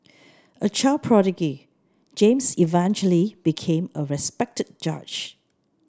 a child prodigy James eventually became a respected judge